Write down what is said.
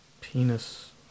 penis